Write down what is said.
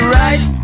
right